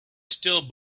still